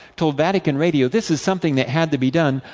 told vatican radio, this is something that had to be done,